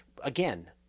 again